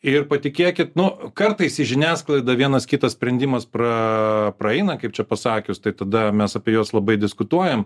ir patikėkit nu kartais į žiniasklaidą vienas kitas sprendimas pra praeina kaip čia pasakius tai tada mes apie juos labai diskutuojam